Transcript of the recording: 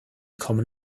kommen